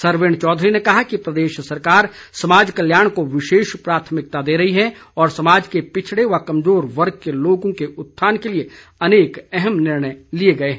सरवीण चौधरी ने कहा कि प्रदेश सरकार समाज कल्याण को विशेष प्राथमिकता दे रही है और समाज के पिछड़े व कमज़ोर वर्ग के लोगों के उत्थान के लिए अनेक अहम निर्णय लिए गए हैं